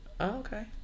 okay